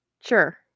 Sure